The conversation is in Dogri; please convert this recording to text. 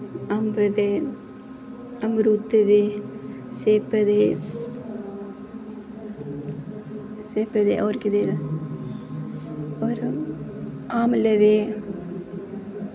अम्बे दे मरुदें दे सेबें दे सेबें दे होर केह्दे होर आमलें दे